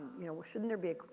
you know, shouldn't there be a,